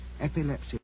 Epilepsy